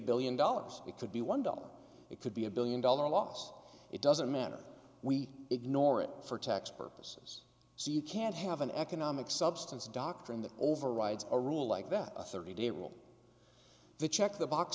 billion dollars it could be one dollar it could be a billion dollar loss it doesn't matter we ignore it for tax purposes so you can't have an economic substance doctrine that overrides a rule like that a thirty day rule the check the box